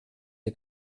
der